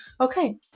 Okay